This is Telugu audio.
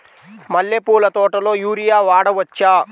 మల్లె పూల తోటలో యూరియా వాడవచ్చా?